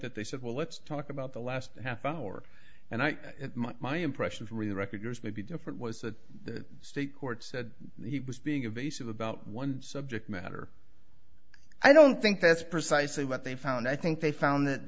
that they said well let's talk about the last half hour and i my impression from the record yours may be different was that the state court said he was being evasive about one subject matter i don't think that's precisely what they found i think they found